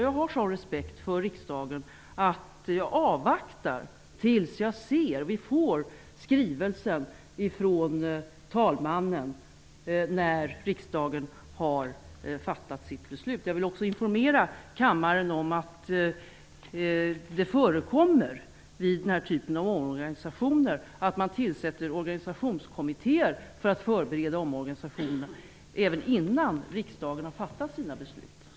Jag har sådan respekt för riksdagen att jag avvaktar tills vi får skrivelsen från talmannen när riksdagen har fattat sitt beslut. Jag vill också informera kammaren om att det förekommer vid den här typen av omorganisationer att man tillsätter organisationskommittéer för att förbereda omorganisationerna även innan riksdagen har fattat sina beslut.